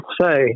say